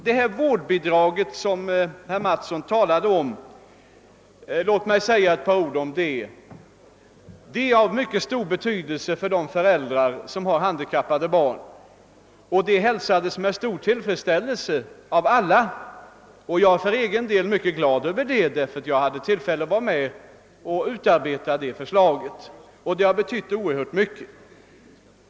Låt mig få säga ett par ord om dei vårdbidrag som herr Mattsson talade om. Det är av mycket stor betydelse för de föräldrar, som har handikappade barn, och det hälsades med stor tillfredsställelse av alla. Jag för min del är mycket glad över detta vårdbidrag, ty jag hade tillfälle att vara med och utarbeta förslaget. Bidraget har betytt oerhört mycket.